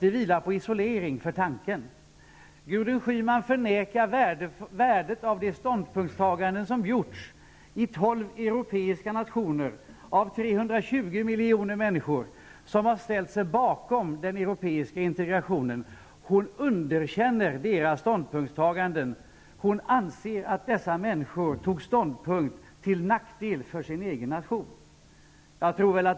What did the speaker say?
Den vilar på isolering för tanken. Gudrun Schyman förnekar värdet av det ställningstagande som har gjorts i 12 europeiska nationer, av 320 miljoner människor, som har ställt sig bakom den europeiska integrationen. Hon underkänner deras ställningstagande. Hon anser att dessa människor tog ställning till nackdel för sin egen nation.